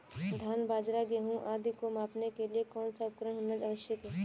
धान बाजरा गेहूँ आदि को मापने के लिए कौन सा उपकरण होना आवश्यक है?